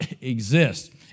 exist